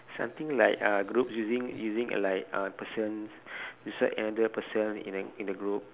something like uh groups using using like a person describe another person in the in the group